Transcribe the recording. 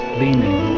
leaning